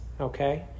okay